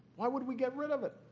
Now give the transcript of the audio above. why would we get rid of it?